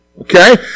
okay